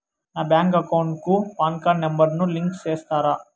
నా bank account కు PAN card number ను లింకు సేస్తారా?